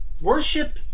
worship